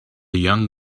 young